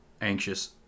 anxious